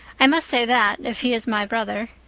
i must say that, if he is my brother.